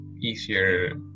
easier